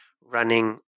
running